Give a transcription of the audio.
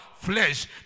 flesh